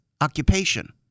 occupation